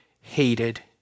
hated